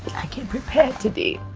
i came prepared today.